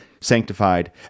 sanctified